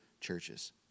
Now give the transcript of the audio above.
churches